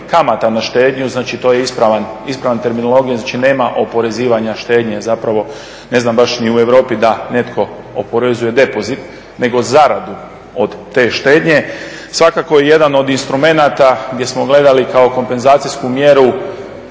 kamata na štednju znači to je ispravna terminologija, znači nema oporezivanja štednje, zapravo ne znam baš ni u Europi da netko oporezuje depozit nego zaradu od te štednje, svakako je jedan od instrumenata gdje smo gledali kao kompenzacijsku mjeru